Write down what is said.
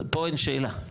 פה אין שאלה,